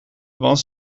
want